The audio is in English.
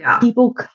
people